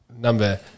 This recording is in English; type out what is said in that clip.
number